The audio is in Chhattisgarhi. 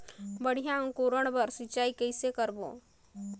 बढ़िया अंकुरण बर सिंचाई कइसे करबो?